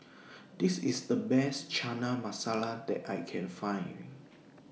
This IS The Best Chana Masala that I Can Find